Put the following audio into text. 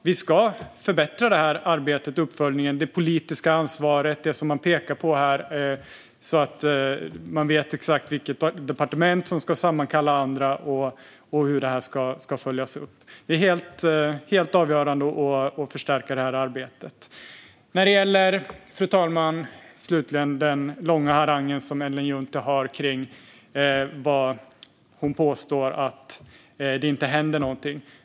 Vi ska förbättra arbetet och uppföljningen - det handlar om det politiska ansvaret och det som det pekas på här - så att man vet exakt vilket departement som ska sammankalla andra och hur detta ska följas upp. Det är helt avgörande att förstärka det arbetet. Fru talman! Slutligen gäller det Ellen Junttis långa harang. Hon påstår att det inte händer någonting.